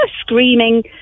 screaming